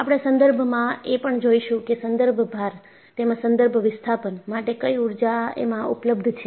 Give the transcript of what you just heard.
આપણે સંદર્ભમાં એ પણ જોઈશું કે સંદર્ભ ભાર તેમજ સંદર્ભ વિસ્થાપન માટે કઈ ઊર્જા એમાં ઉપલબ્ધ છે